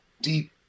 deep